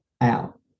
out